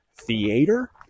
theater